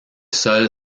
sol